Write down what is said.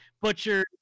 butcher